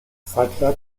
seither